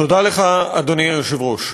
תודה לך, אדוני היושב-ראש,